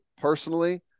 personally